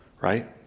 right